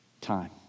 time